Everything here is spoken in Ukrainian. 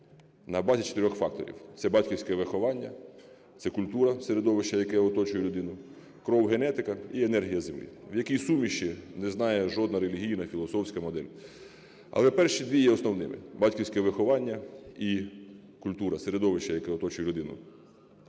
на базі чотирьох факторів – це батьківське виховання, це культура середовища, яке оточує людину, кров, генетика і енергія землі. В якій суміші - не знає жодна релігійна, філософська модель, але перші дві є основними: батьківське виховання і культура середовища, яке оточує людину.